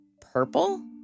purple